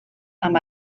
amb